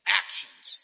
actions